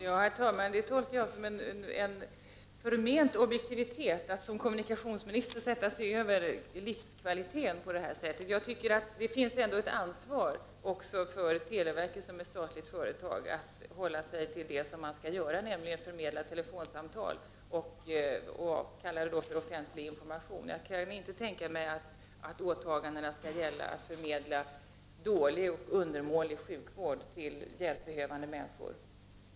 Herr talman! Jag tolkar det som en förment objektivitet att man som kommunikationsminister sätter sig över livskvalitet på det här sättet. Det finns ändå ett ansvar för televerket som statligt företag att hålla sig till den uppgift verket skall utföra, nämligen att förmedla telefonsamtal. Man kan tala om offentlig information. Jag kan inte tänka mig att åtagandena skall gälla att förmedla dålig och undermålig sjukvård till hjälpbehövande människor.